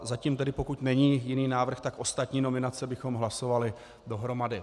Zatím pokud není jiný návrh, tak ostatní nominace bychom hlasovali dohromady.